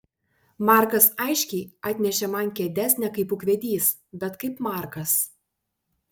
markas aiškiai atnešė man kėdes ne kaip ūkvedys bet kaip markas